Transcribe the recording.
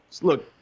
Look